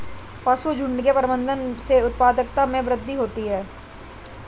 पशुझुण्ड के प्रबंधन से उत्पादकता में वृद्धि होती है